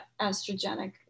estrogenic